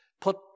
put